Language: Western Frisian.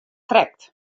krekt